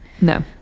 No